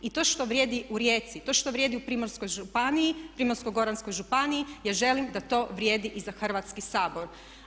I to što vrijedi u Rijeci, to što vrijedi u Primorskoj županiji, Primorsko-goranskoj županiji ja želim da to vrijedi i za Hrvatski sabor.